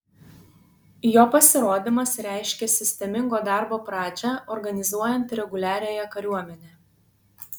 jo pasirodymas reiškė sistemingo darbo pradžią organizuojant reguliariąją kariuomenę